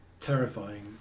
terrifying